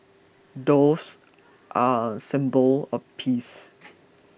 doves are a symbol of peace